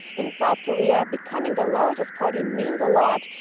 in south korea, becoming the largest party means a lot.